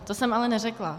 To jsem ale neřekla.